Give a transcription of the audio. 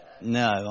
no